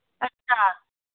अच्छा